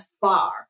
far